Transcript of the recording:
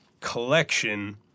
collection